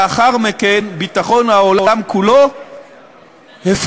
לאחר מכן ביטחון העולם כולו הפקר,